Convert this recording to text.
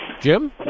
Jim